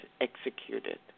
executed